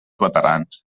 veterans